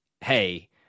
hey